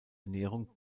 ernährung